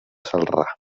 celrà